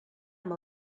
amb